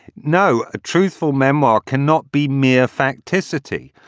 no. a truthful memoir cannot be mere fact, tri-city.